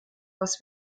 was